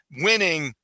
winning